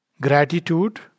Gratitude